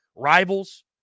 Rivals